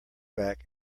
back